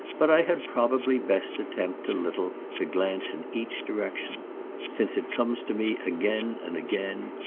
but i had probably best attempt a little to glance in each direction since it comes to me again and again,